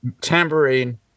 Tambourine